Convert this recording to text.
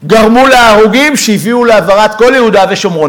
גרמו להרוגים שהביאו להבערת כל יהודה ושומרון.